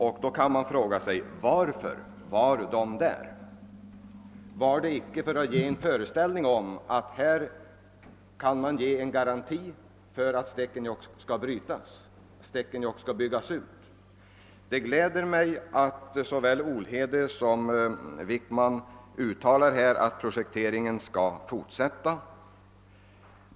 Man kan fråga sig varför de kommit dit, om det inte var för att ge en föreställning om att man kunde lämna en garanti för att malmen i Stekenjokk kunde brytas och för att Stekenjokk skulle byggas ut snart. Det gläder mig att såväl herr Olhede som herr Wickman nu uttalar att projekteringen skall fortsätta.